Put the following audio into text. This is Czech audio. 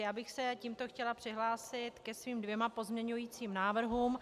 Já bych se tímto chtěla přihlásit ke svým dvěma pozměňujícím návrhům.